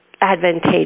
advantageous